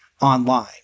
online